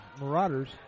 Marauders